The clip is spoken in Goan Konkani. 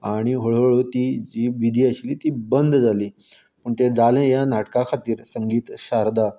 हळू हळू ती जी विधी आशिल्ली ती बंद जाली तें जालें ह्या नाटका खातीर ह्या संगीत शारदा